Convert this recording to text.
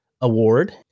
Award